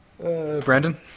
Brandon